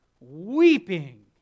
weeping